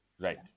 Right